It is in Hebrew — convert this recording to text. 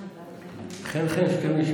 בבקשה, אדוני, חמש דקות